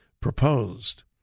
proposed